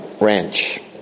ranch